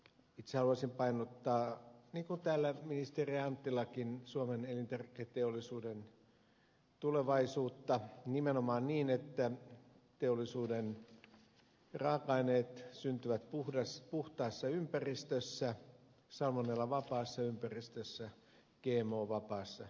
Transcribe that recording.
itse haluaisin painottaa niin kuin täällä ministeri anttilakin suomen elintarviketeollisuuden tulevaisuutta nimenomaan niin että teollisuuden raaka aineet syntyvät puhtaassa ympäristössä salmonellavapaassa ympäristössä gmo vapaassa ympäristössä